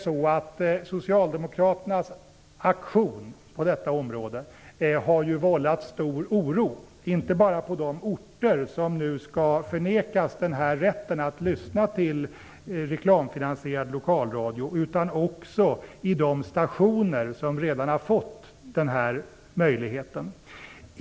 Socialdemokraternas aktion på detta område har vållat stor oro, inte bara på de orter som nu skall förnekas rätten att lyssna till reklamfinansierad lokalradio utan också på de stationer som redan har fått tillstånd.